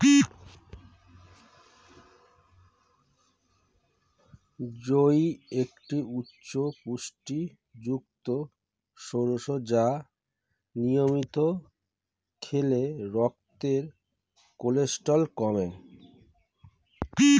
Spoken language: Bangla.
জই একটি উচ্চ পুষ্টিগুণযুক্ত শস্য যা নিয়মিত খেলে রক্তের কোলেস্টেরল কমে